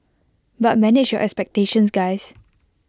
but manage your expectations guys